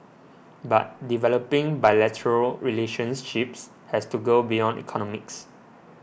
but developing bilateral relationships has to go beyond economics